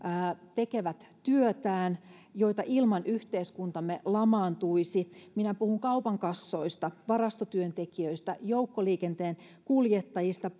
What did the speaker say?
tekevät työtään joita ilman yhteiskuntamme lamaantuisi minä puhun kaupankassoista varastotyöntekijöistä joukkoliikenteen kuljettajista